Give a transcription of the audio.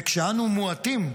וכשאנו מועטים,